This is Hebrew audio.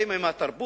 אתם באים עם התרבות,